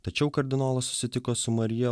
tačiau kardinolas susitiko su marija